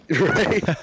Right